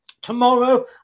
Tomorrow